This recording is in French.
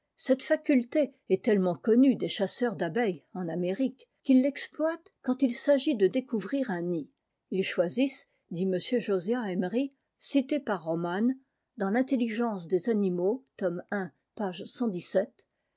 cette faculté est tellement connue des chasseurs d'abeilles en amérique qu'ils l'exploitent quand il s'agit de découvrir unnid us choisissent ditm josiahemery cité par romanes dans v intelligence des animaux